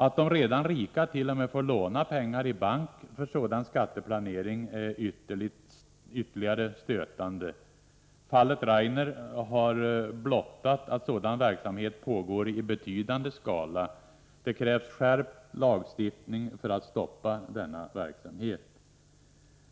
Att de redan rika t.o.m. får låna i bank för sådan skatteplanering är vidare stötande. Fallet Rainer har blottat att sådan verksamhet pågår i betydande skala. Det krävs skärpt lagstiftning för att stoppa denna verksamhet.